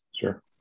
Sure